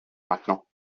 maintenant